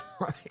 Right